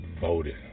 voted